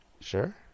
Sure